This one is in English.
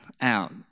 out